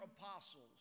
apostles